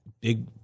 big